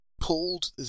pulled